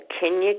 Kenya